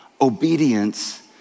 obedience